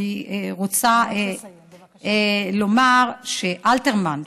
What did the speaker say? אני רוצה לומר שאלתרמן,